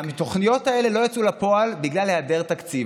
התוכניות האלה לא יצאו לפועל בגלל היעדר תקציב,